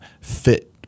fit